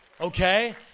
okay